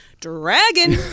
Dragon